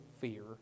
fear